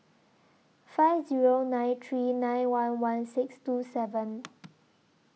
five Zero nine three nine one one six two seven